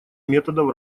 методов